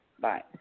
Bye